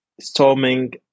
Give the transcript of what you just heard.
storming